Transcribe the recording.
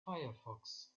firefox